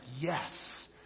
yes